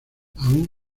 aún